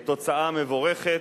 תוצאה מבורכת,